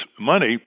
money